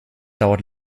dauert